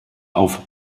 auf